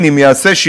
אני אומר את זה בצער,